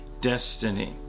destiny